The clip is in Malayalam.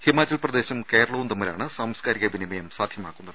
ഹിമാചൽപ്രദേശും കേരളവും തമ്മിലാണ് സാംസ്കാരിക വിനിമയം സാധ്യമാക്കുന്നത്